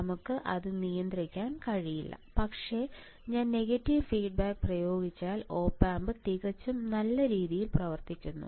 നമുക്ക് അത് നിയന്ത്രിക്കാൻ കഴിയില്ല പക്ഷേ ഞാൻ നെഗറ്റീവ് ഫീഡ്ബാക്ക് പ്രയോഗിച്ചാൽ ഒപ് ആമ്പ് തികച്ചും നല്ല രീതിയിൽ പ്രവർത്തിക്കുന്നു